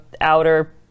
Outer